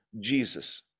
Jesus